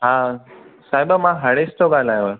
हा साहिब मां हरेश थो ॻाल्हायांव